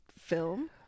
film